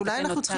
ואנחנו צריכים